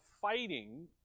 fighting